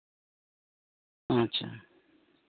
ᱟᱪᱪᱷᱟ